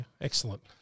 excellent